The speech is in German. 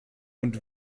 und